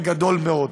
וגדול מאוד.